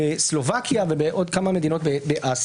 בסלובקיה ובעוד כמה מדינות באסיה.